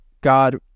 God